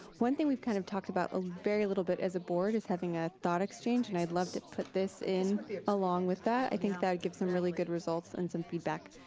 one thing we've kind of talked about a very little bit as a board, is having a thought exchange, and i'd love to put this in along with that. i think that gives some really good results and some feedback.